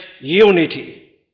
unity